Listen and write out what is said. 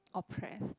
oppressed